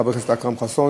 חבר הכנסת אכרם חסון,